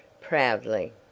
proudly